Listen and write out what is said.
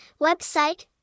website